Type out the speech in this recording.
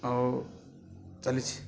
ଆଉ ଚାଲିଛି